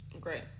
Great